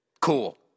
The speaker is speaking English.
cool